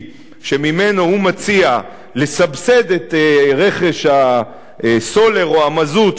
שממנו הוא מציע לסבסד את רכש הסולר או המזוט,